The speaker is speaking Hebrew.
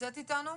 נמצאת איתנו?